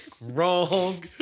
wrong